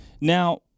Now